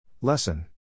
Lesson